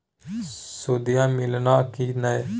सुदिया मिलाना की नय?